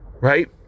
Right